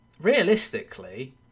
Realistically